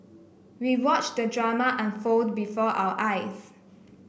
we watched the drama unfold before our eyes